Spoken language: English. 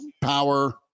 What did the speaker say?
power